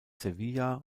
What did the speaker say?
sevilla